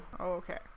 Okay